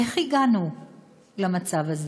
איך הגענו למצב הזה?